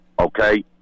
Okay